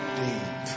deep